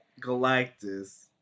Galactus